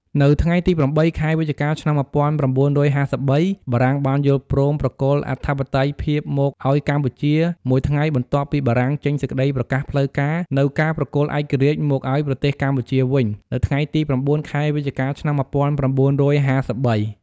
នៅថ្ងៃទី៨ ខែវិច្ឆិកា ឆ្នាំ ១៩៥៣ បារាំងបានយល់ព្រមប្រគល់អធិបតេយ្យភាពមកឱ្យកម្ពុជា មួយថ្ងៃបន្ទាប់ពីបារាំងចេញសេចក្ដីប្រកាសផ្លូវការណ៍ នូវការប្រគល់ឯករាជ្យមកឱ្យប្រទេសកម្ពុជាវិញ នៅថ្ងៃទី៩ ខែវិច្ឆិកា ឆ្នាំ ១៩៥៣ ។